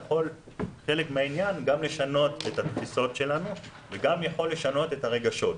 זה יכול כחלק מהעניין לשנות את התפיסות שלנו ויכול גם לשנות את הרגשות.